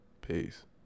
peace